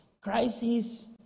crisis